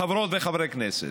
חברות וחברי כנסת,